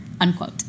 unquote